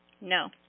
No